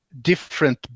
different